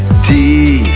d,